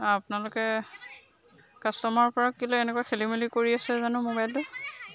আপোনালোকে কাষ্টমাৰপৰা কেলৈ এনেকুৱা খেলিমেলি কৰি আছে জানো মোবাইলটো